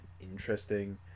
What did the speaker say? interesting